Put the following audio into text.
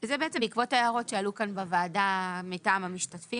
זה בעקבות ההערות שעלו כאן בוועדה מטעם המשתתפים